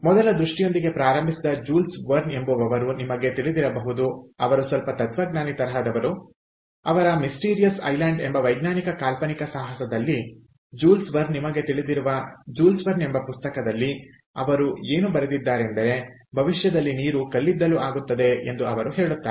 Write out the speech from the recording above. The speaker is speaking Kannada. ಮೊದಲ ದೃಷ್ಟಿಯೊಂದಿಗೆ ಪ್ರಾರಂಭಿಸಿದರೆ ಜೂಲ್ಸ್ ವರ್ನ್ ಎಂಬುವವರು ನಿಮಗೆ ತಿಳಿದಿರಬಹುದು ಅವರು ಸ್ವಲ್ಪ ತತ್ವಜ್ಞಾನಿ ತರಹದವರು ಅವರ ಮಿಸ್ಟೀರಿಯಸ್ ಐಲ್ಯಾಂಡ್ ಎಂಬ ವೈಜ್ಞಾನಿಕ ಕಾಲ್ಪನಿಕ ಸಾಹಸದಲ್ಲಿ ಜೂಲ್ಸ್ ವರ್ನ್ ನಿಮಗೆ ತಿಳಿದಿರುವ ಜೂಲ್ಸ್ ವರ್ನ್ ಎಂಬ ಪುಸ್ತಕದಲ್ಲಿ ಅವರು ಏನು ಬರೆದಿದ್ದಾರೆಂದರೆ ಭವಿಷ್ಯದಲ್ಲಿ ನೀರು ಕಲ್ಲಿದ್ದಲು ಆಗುತ್ತದೆ ಎಂದು ಅವರು ಹೇಳುತ್ತಾರೆ